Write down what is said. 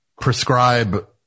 prescribe